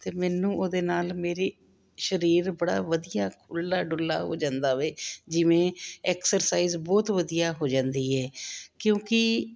ਅਤੇ ਮੈਨੂੰ ਉਹਦੇ ਨਾਲ ਮੇਰਾ ਸਰੀਰ ਬੜਾ ਵਧੀਆ ਖੁੱਲਾ ਡੁੱਲਾ ਹੋ ਜਾਂਦਾ ਵੇ ਜਿਵੇਂ ਐਕਸਰਸਾਈਜ਼ ਬਹੁਤ ਵਧੀਆ ਹੋ ਜਾਂਦੀ ਹੈ ਕਿਉਂਕਿ